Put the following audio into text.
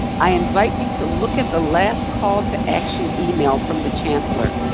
i invite you to look at the last call to action email from the chancellor.